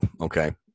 okay